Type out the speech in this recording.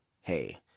hey